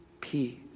peace